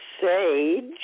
Sage